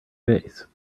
vase